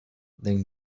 then